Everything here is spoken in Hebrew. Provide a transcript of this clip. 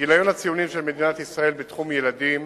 בגיליון הציונים בתחום ילדים